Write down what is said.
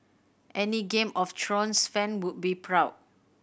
any Game of Thrones fan would be proud